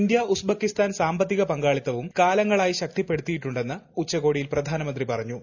India Uzbekistan സാമ്പത്തിക പങ്കാളിത്തവും കാലങ്ങളായി ശക്തിപ്പെടുത്തിയിട്ടുണ്ടെന്ന് ഉച്ചകോടിയിൽ പ്രധാനമന്ത്രി പറഞ്ഞു